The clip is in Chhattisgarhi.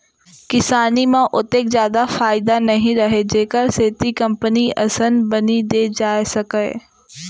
किसानी म ओतेक जादा फायदा नइ रहय जेखर सेती कंपनी असन बनी दे जाए सकय